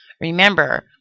Remember